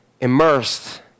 immersed